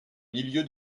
milieu